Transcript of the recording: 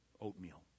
oatmeal